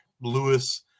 Lewis